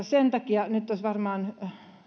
sen takia nyt olisi varmaan